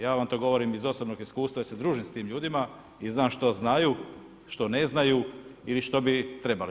Ja vam to govorim iz osobnog iskustva jel se družim s tim ljudima i znam šta znaju, šta ne znaju ili što bi trebali.